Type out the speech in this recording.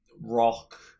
rock